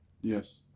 Yes